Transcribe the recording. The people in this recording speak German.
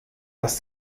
das